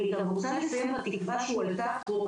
אני רוצה לסיים בתקווה שהועלתה פה,